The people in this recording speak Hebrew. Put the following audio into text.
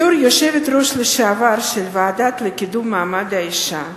בתור היושבת-ראש לשעבר של הוועדה לקידום מעמד האשה,